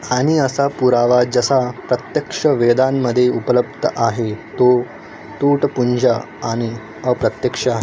आणि असा पुरावा जसा प्रत्यक्ष वेदांमध्ये उपलब्ध आहे तो तूटपुंजा आणि अपत्यक्ष